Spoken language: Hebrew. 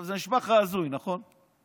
זה נשמע לך הזוי, נכון?